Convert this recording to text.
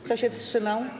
Kto się wstrzymał?